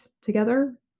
together